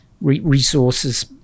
resources